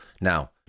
Now